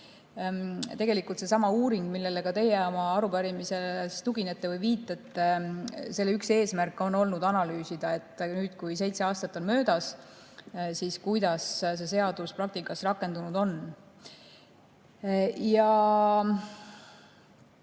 Tegelikult sellesama uuringu, millele ka teie oma arupärimises tuginete või viitate, üks eesmärk on olnud analüüsida, et nüüd, kui seitse aastat on möödas, kuidas see seadus praktikas rakendunud on. Tuleb